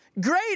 great